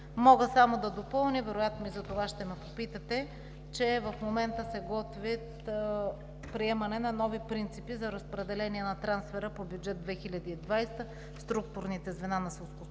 Мога само да допълня, вероятно и затова ще ме попитате, че в момента се готви приемането на нови принципи за разпределяне на трансфера по бюджет 2020 в структурните звена на